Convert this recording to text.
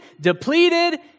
depleted